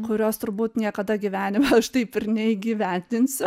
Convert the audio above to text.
kurios turbūt niekada gyvenime aš taip ir neįgyvendinsiu